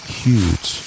huge